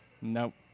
Nope